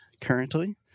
currently